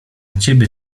ciebie